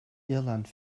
irland